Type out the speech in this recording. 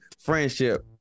friendship